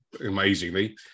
amazingly